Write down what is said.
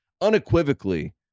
unequivocally